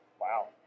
Wow